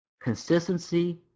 consistency